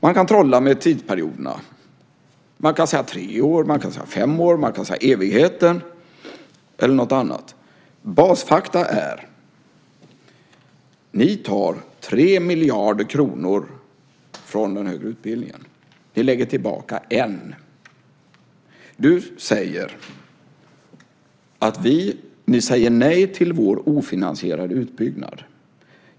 Man kan trolla med tidsperioderna - man kan säga tre år, fem år, evigheten eller något annat. Basfakta är att ni tar 3 miljarder kronor från den högre utbildningen. Ni lägger tillbaka 1 miljard. Ulf Nilsson säger att ni säger nej till vår ofinansierade utbyggnad.